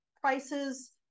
prices